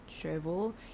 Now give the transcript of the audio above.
Travel